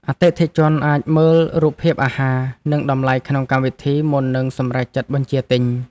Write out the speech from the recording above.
អតិថិជនអាចមើលរូបភាពអាហារ និងតម្លៃក្នុងកម្មវិធីមុននឹងសម្រេចចិត្តបញ្ជាទិញ។